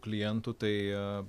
klientų tai